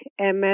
MS